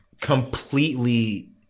completely